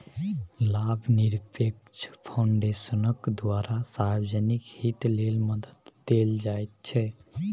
लाभनिरपेक्ष फाउन्डेशनक द्वारा सार्वजनिक हित लेल मदद देल जाइत छै